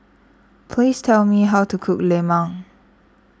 please tell me how to cook Lemang